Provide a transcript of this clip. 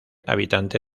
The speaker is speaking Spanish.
habitante